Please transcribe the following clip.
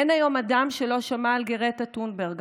אין היום אדם שלא שמע על גרטה טונברג,